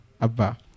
Abba